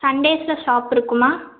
சண்டேஸில் shop இருக்குமா